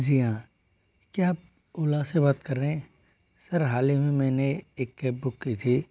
जी हाँ क्या आप ओला से बात कर रहे हैं सर हाल ही में मैंने एक कैब बुक की थी